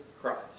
Christ